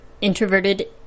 introverted